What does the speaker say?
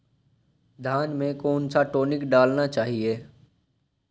धान में कौन सा टॉनिक डालना चाहिए?